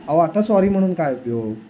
अहो आता सॉरी म्हणून काय उपयोग